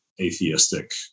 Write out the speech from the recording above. Atheistic